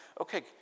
okay